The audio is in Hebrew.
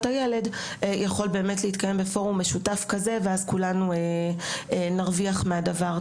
הילד יכול באמת להתקיים בפורום משותף כזה ואז כולנו נרוויח מהדבר.